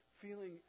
feeling